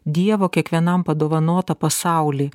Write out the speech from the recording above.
dievo kiekvienam padovanotą pasaulį